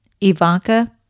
Ivanka